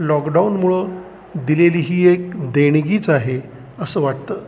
लॉकडाऊनमुळं दिलेली ही एक देणगीच आहे असं वाटतं